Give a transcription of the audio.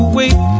wait